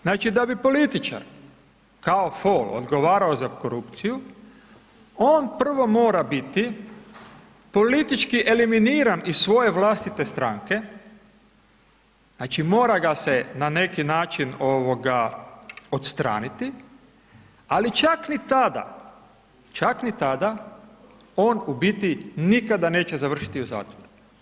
Znači da bi političar kao fol odgovarao za korupciju, on prvo mora biti politički eliminiran iz svoje vlastite stranke, znači mora ga se na neki način odstraniti ali čak ni tada, čak ni tada, on u biti nikada neće završiti u zatvoru.